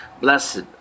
Blessed